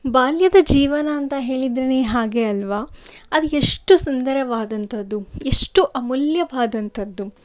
ಬಾಲ್ಯದ ಜೀವನ ಅಂತ ಹೇಳಿದ್ರೆ ಹಾಗೆ ಅಲ್ವಾ ಅದು ಎಷ್ಟು ಸುಂದರವಾದಂಥದ್ದು ಎಷ್ಟು ಅಮೂಲ್ಯವಾದಂಥದ್ದು